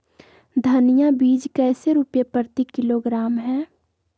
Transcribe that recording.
धनिया बीज कैसे रुपए प्रति किलोग्राम है?